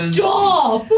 Stop